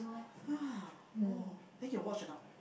!huh! oh then you watch or not